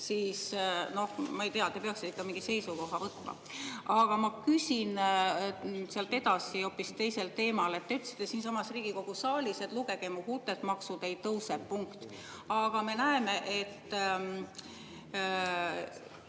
noh, ma ei tea, te peaksite ikka mingi seisukoha võtma. Aga ma küsin sealt edasi hoopis teisel teemal. Te ütlesite siinsamas Riigikogu saalis: "[…] lugege mu huultelt: maksud ei tõuse. Punkt." Aga me näeme, et